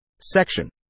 Section